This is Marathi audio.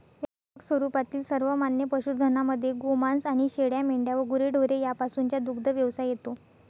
व्यापक स्वरूपातील सर्वमान्य पशुधनामध्ये गोमांस आणि शेळ्या, मेंढ्या व गुरेढोरे यापासूनचा दुग्धव्यवसाय येतो